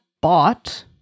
bought